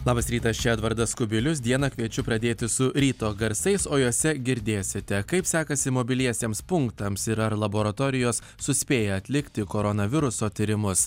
labas rytas čia edvardas kubilius dieną kviečiu pradėti su ryto garsais o juose girdėsite kaip sekasi mobiliesiems punktams ir ar laboratorijos suspėja atlikti koronaviruso tyrimus